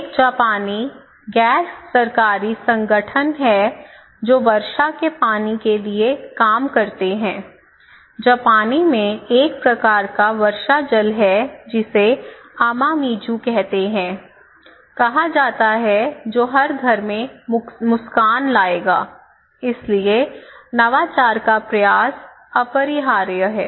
एक जापानी गैर लाभकारी संगठन है जो वर्षा के पानी के लिए काम करते हैं जापानी में एक प्रकार का वर्षा जल है जिसे अमामिजू कहते है कहा जाता है जो हर घर में मुस्कान लाएगा इसलिए नवाचार का प्रसार अपरिहार्य है